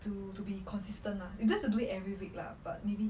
to to be consistent lah you don't have to do it every week lah but maybe